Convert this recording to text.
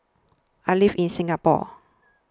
I live in Singapore